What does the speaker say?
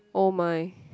oh my